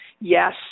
yes